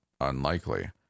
unlikely